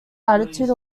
latitude